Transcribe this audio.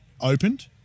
opened